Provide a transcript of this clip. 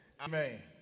Amen